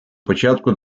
початку